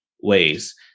ways